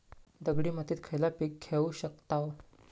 दगडी मातीत खयला पीक घेव शकताव?